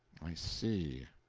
i see,